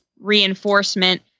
reinforcement